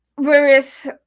various